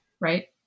right